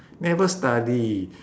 never study